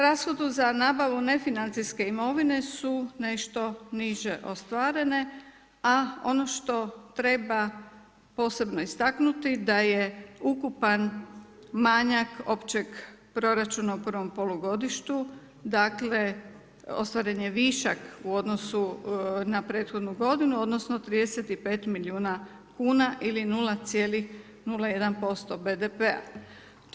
Rashodu za nabavu nefinancijske imovine su nešto niže ostvarene a ono što treba posebno istaknuti da je ukupan manjak općeg proračuna u prvom polugodištu, dakle ostvaren je višak u odnosu na prethodnu godinu odnosno 35 milijuna kuna ili 0,01% BDP-a.